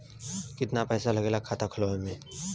कितना पैसा लागेला खाता खोलवावे में?